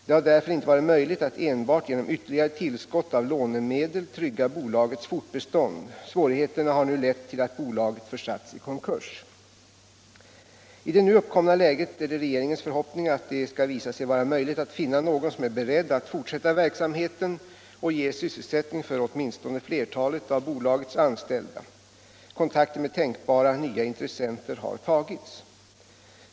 Det har därför inte varit möjligt att enbart genom ytterligare tillskott av lånemedel trygga bolagets fortbestånd. Svårigheterna har nu lett till att bolaget försatts Om åtgärder för att i konkurs. säkra sysselsätt I det nu uppkomna läget är det regeringens förhoppning att det skall — ningen i Bräcke visa sig vara möjligt att finna någon som är beredd att fortsätta verksamheten och ge sysselsättning för åtminstone flertalet av bolagets anställda. Kontakter med tänkbara nya intressenter har tagits.